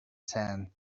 sand